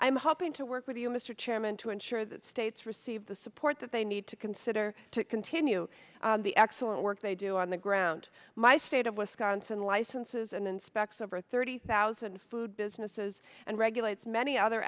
i'm hoping to work with you mr chairman to ensure that states receive the support that they need to consider to continue the excellent work they do on the ground my state of wisconsin licenses and inspects over thirty thousand food businesses and regulates many other